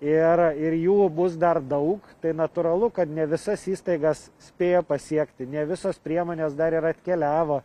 ir ir jų bus dar daug tai natūralu kad ne visas įstaigas spėjo pasiekti ne visos priemonės dar ir atkeliavo